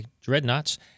Dreadnoughts